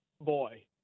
boy